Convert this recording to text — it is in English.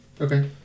Okay